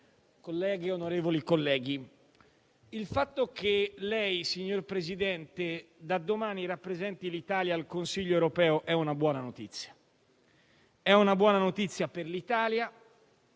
il fatto che lei, signor presidente Draghi, da domani rappresenti l'Italia al Consiglio europeo è una buona notizia. È una buona notizia per l'Italia,